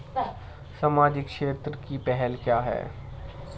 सामाजिक क्षेत्र की पहल क्या हैं?